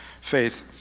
faith